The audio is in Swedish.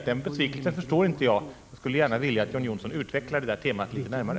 Den besvikelsen förstår jag inte, och jag skulle vilja att John Johnsson utvecklade sitt tema litet närmare.